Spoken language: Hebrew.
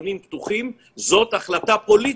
שהקניונים פתוחים כי זו החלטה פוליטית.